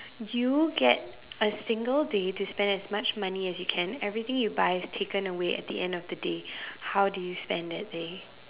you get a single day to spend as much money as you can everything you buy is taken away at the end of the day how do you spend that day